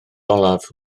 olaf